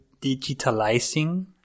digitalizing